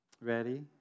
Ready